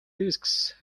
discs